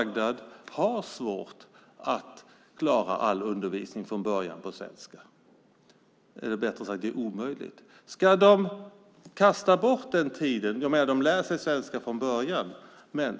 De har svårt att klara all undervisning på svenska från början. Det är, rättare sagt, omöjligt. Ska de kasta bort tiden medan de lär sig svenska?